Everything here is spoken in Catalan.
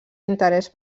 interès